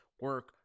Work